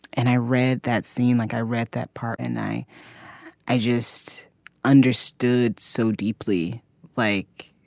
and i read that scene like i read that part and i i just understood so deeply like